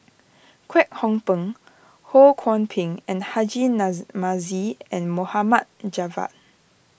Kwek Hong Png Ho Kwon Ping and Haji Namazie Mohd Javad